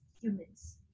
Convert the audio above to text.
humans